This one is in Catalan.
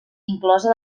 inclosa